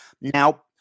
Now